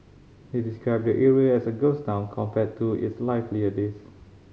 he described the area as a ghost town compared to its livelier days